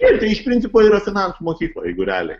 tai iš principo yra finansų mokykla jeigu realiai